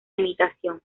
imitación